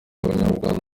abanyarwanda